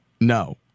No